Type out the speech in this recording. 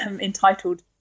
entitled